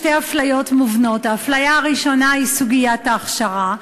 שתי אפליות מובנות: האפליה הראשונה היא סוגיית ההכשרה,